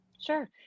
Sure